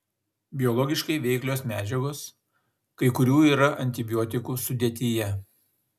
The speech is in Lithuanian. biologiškai veiklios medžiagos kai kurių yra antibiotikų sudėtyje